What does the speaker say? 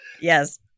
Yes